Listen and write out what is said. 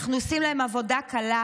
אנחנו עושים להם עבודה קלה,